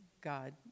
God